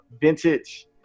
vintage